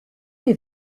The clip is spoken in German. die